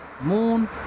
moon